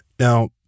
Now